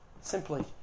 Simply